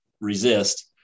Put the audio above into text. resist